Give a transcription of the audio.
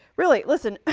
really, listen.